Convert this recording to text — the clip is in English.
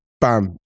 bam